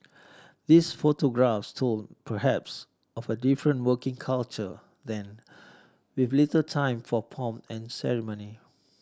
these photographs told perhaps of a different working culture then with little time for pomp and ceremony